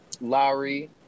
Lowry